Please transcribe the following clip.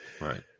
Right